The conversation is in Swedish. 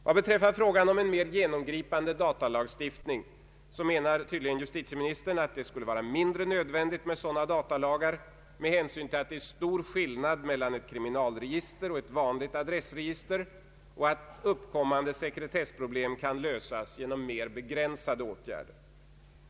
Vad beträffar frågan om en mer genomgripande <datalagstiftning menar tydligen justitieministern att det skulle vara mindre nödvändigt med sådana datalagar med hänsyn till att det är stor skillnad mellan ett kriminalregister och ett vanligt adressregister och att uppkommande sekretessproblem kan lösas genom mer begränsade åtgärder.